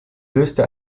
löste